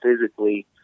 physically